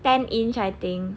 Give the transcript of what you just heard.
ten inch I think